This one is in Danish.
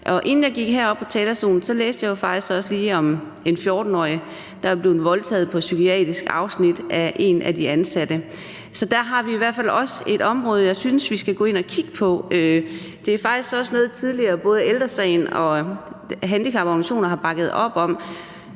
Inden jeg gik op på talerstolen, læste jeg jo faktisk også lige om en 14-årig, der er blevet voldtaget på et psykiatrisk afsnit af en af de ansatte. Så der har vi i hvert fald også et område, jeg synes vi skal gå ind og kigge på. Det er faktisk også noget, som både Ældre Sagen og handicaporganisationerne tidligere har bakket op om,